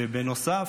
ובנוסף,